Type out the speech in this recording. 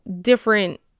different